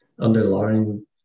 underlying